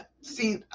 see